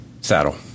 saddle